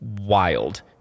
wild